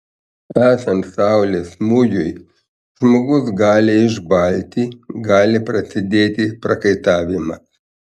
esant saulės smūgiui žmogus gali išbalti gali prasidėti prakaitavimas